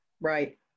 right